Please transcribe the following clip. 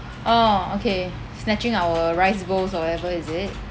oh okay snatching our rice bowls or whatever is it